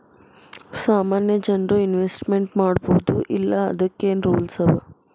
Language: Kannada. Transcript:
ಸಾಮಾನ್ಯ ಜನ್ರು ಇನ್ವೆಸ್ಟ್ಮೆಂಟ್ ಮಾಡ್ಬೊದೋ ಇಲ್ಲಾ ಅದಕ್ಕೇನ್ ರೂಲ್ಸವ?